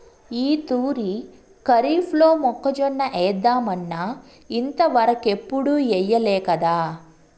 ఈ తూరి కరీఫ్లో మొక్కజొన్న ఏద్దామన్నా ఇంతవరకెప్పుడూ ఎయ్యలేకదా